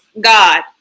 God